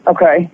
Okay